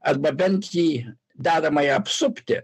arba bent jį deramai apsupti